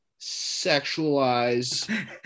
sexualize